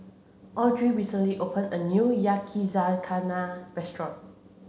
Audrey recently opened a new Yakizakana Restaurant